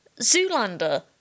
Zoolander